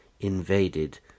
invaded